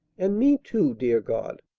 and me, too, dear god!